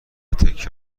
تکه